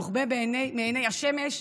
מוחבא מעיני השמש,